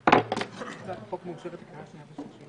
הצעת החוק תעלה לקריאה שנייה ושלישית